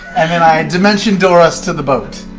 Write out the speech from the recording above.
and then i dimension door us to the boat.